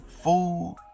food